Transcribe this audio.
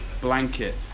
blanket